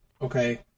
Okay